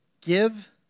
give